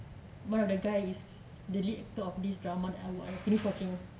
one of the guy is the lead actor of this drama I finish watching